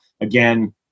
again